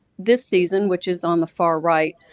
this season, which is on the far right,